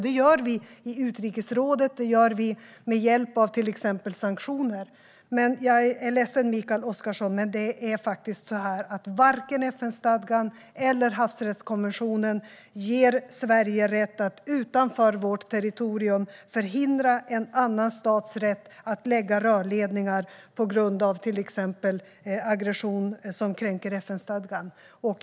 Det gör vi i utrikesrådet och med hjälp av till exempel sanktioner. Jag är ledsen, Mikael Oscarsson, men varken FN-stadgan eller havsrättskonventionen ger Sverige rätt att utanför vårt territorium förhindra en annan stats rätt att lägga rörledningar på grund av exempelvis aggression som kränker FN-stadgan.